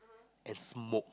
and smoke